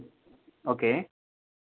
okay